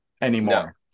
anymore